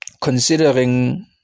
considering